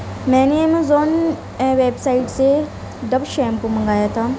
میں نے Amazon website سے ڈب شیمپو منگایا تھا